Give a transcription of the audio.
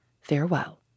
farewell